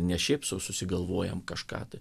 ne šiaip sau susigalvojam kažką tai